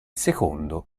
secondo